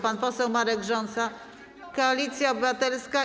Pan poseł Marek Rząsa, Koalicja Obywatelska.